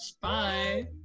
bye